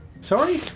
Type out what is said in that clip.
Sorry